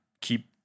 keep